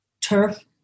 turf